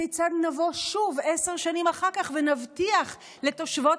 כיצד נבוא שוב עשר שנים אחר כך ונבטיח לתושבות